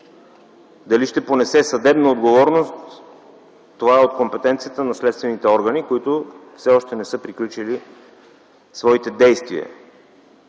Дали ще понесе съдебна отговорност – това е от компетенцията на следствените органи, които все още не са приключили действията